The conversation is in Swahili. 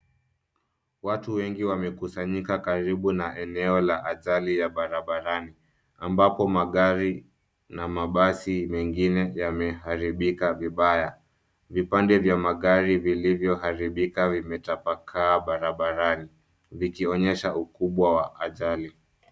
Watu wengi wamekusanyika karibu na eneo la ajali ya barabarani ambapo magari na mabasi mengine yameharibika vibaya. Vipande vya magari vilivyoharibika vimetapakaa barabarani vikionyesha ukubwa wa ajali.